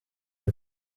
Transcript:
ati